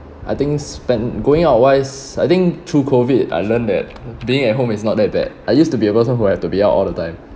I think spend going out wise I think through COVID I learned that being at home is not that bad I used to be a person who have to be out all the time